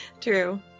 True